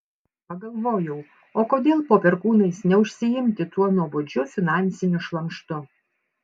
pagalvojau o kodėl po perkūnais neužsiimti tuo nuobodžiu finansiniu šlamštu